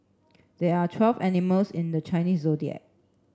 there are twelve animals in the Chinese Zodiac